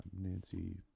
Nancy